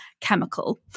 chemical